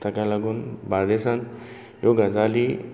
ताका लागून बार्देसांत ह्यो गजाली